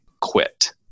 quit